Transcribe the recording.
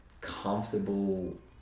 comfortable